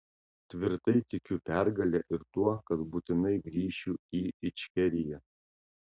tvirtai tikiu pergale ir tuo kad būtinai grįšiu į ičkeriją